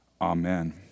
Amen